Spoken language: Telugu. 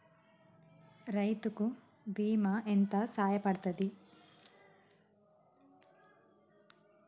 రైతు కి బీమా ఎంత సాయపడ్తది?